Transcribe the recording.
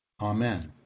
Amen